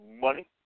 money